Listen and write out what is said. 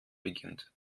beginnt